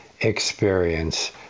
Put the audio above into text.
experience